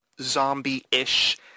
zombie-ish